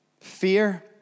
fear